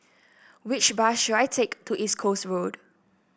which bus should I take to East Coast Road